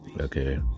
okay